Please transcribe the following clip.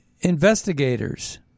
investigators